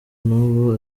n’ubu